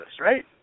right